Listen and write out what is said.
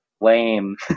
lame